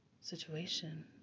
situation